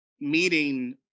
meeting